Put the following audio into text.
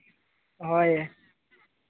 ᱦᱳᱭ